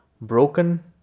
Broken